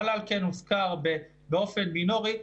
המל"ל כן הוזכר באופן מינורי,